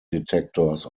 detectors